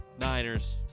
Niners